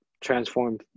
transform